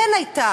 כן הייתה